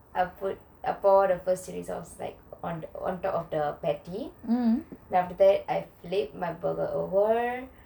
I'll pour the first chilli sauce on the patty and then after that I flip my burger over